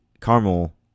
caramel